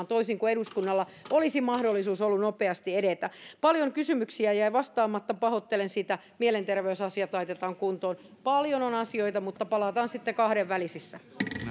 toisin kuin eduskunta jolla olisi ollut mahdollisuus edetä nopeasti paljon kysymyksiä jäi vastaamatta pahoittelen sitä mielenterveysasiat laitetaan kuntoon paljon on asioita mutta palataan niihin sitten kahdenvälisissä